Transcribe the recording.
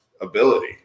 ability